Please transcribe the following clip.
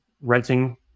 renting